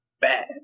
bad